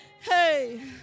Hey